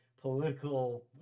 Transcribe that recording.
political